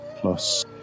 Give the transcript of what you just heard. plus